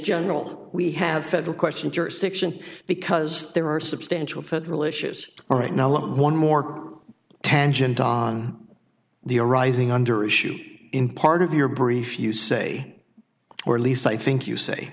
general we have federal question jurisdiction because there are substantial federal issues all right now one more tangent on the arising under issue in part of your brief you say or at least i think you say